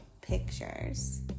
pictures